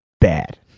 bad